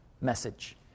message